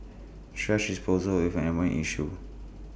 thrash disposal is an environmental issue